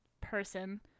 person